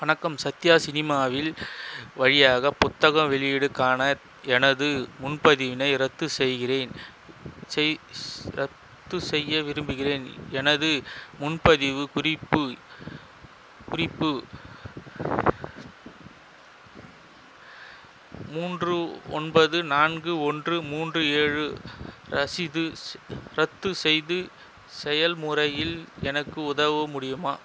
வணக்கம் சத்யா சினிமாவின் வழியாக புத்தக வெளியீடுக்கான எனது முன்பதிவினை ரத்து செய்கிறேன் செய் ரத்து செய்ய விரும்புகிறேன் எனது முன்பதிவு குறிப்பு குறிப்பு மூன்று ஒன்பது நான்கு ஒன்று மூன்று ஏழு ரசீது ரத்து செய்து செயல்முறையில் எனக்கு உதவ முடியுமா